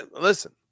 listen